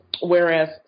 Whereas